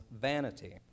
vanity